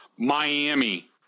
Miami